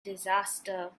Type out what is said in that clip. disaster